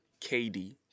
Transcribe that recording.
KD